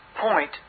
point